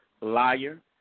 liar